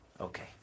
Okay